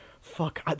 fuck